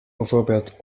bijvoorbeeld